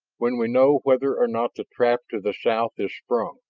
when we know whether or not the trap to the south is sprung,